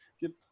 get